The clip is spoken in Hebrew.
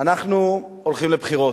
אנחנו הולכים לבחירות.